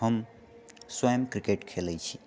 हम स्वयं क्रिकेट खेलैत छी